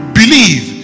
believe